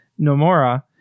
Nomura